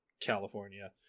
California